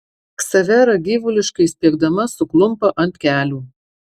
ksavera gyvuliškai spiegdama suklumpa ant kelių